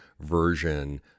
version